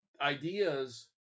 ideas